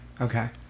okay